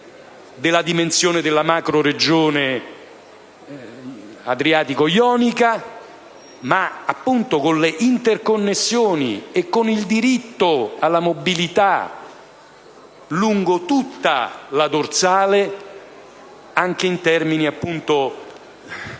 della dimensione della macroregione adriatico-ionica, con le interconnessioni e il diritto alla mobilità lungo tutta la dorsale, anche in termini di